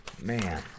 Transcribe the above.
man